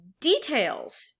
details